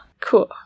Cool